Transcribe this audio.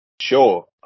Sure